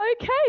Okay